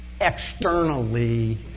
externally